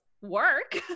work